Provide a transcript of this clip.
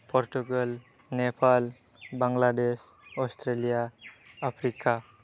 Portugal Nepal Bangladesh Australia Africa